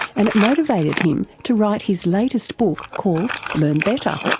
and it motivated him to write his latest book called learn better.